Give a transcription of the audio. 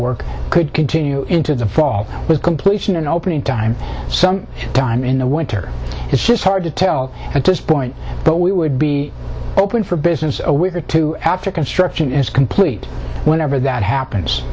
work could continue into the fall with completion in opening time some time in the winter it's just hard to tell at this point but we would be open for business a week or two after construction is complete whenever that happens